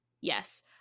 Yes